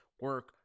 Work